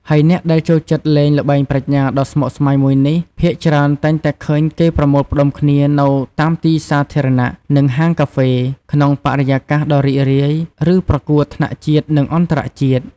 ហើយអ្នកដែលចូលចិត្តលេងល្បែងប្រាជ្ញាដ៏ស្មុគស្មាញមួយនេះ ភាគច្រើនតែងតែឃើញគេប្រមូលផ្តុំគ្នាលេងនៅតាមទីសាធារណៈ និងហាងកាហ្វេ ក្នុងបរិយាកាសដ៏រីករាយ ឬប្រកួតថ្នាក់ជាតិនិងអន្តរជាតិ។